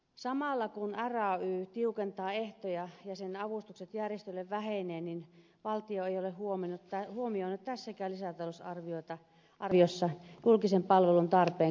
samalla kun ray tiukentaa ehtoja ja sen avustukset järjestöille vähenevät valtio ei ole huomioinut tässäkään lisätalousarviossa julkisen palvelun tarpeen kasvamista